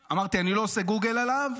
אמרתי: אני לא עושה גוגל עליו,